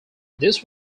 this